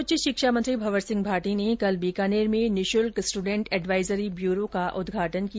उच्च शिक्षा मंत्री भंवर सिंह भाटी ने कल बीकानेर में निःशुल्क स्टूडेन्ट एडवाइजरी ब्यूरो का उद्घाटन किया